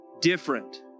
different